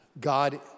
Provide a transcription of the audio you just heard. God